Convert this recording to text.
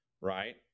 right